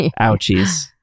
ouchies